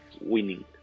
winning